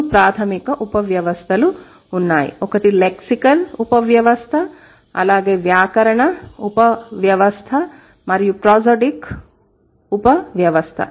మూడు ప్రాధమిక ఉపవ్యవస్థలు ఉన్నాయి ఒకటి లెక్సికల్ ఉపవ్యవస్థ అలాగే వ్యాకరణ ఉపవ్యవస్థ మరియు ప్రోసోడిక్ ఉపవ్యవస్థ